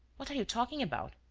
what are you talking about.